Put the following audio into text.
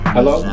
Hello